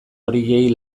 horiei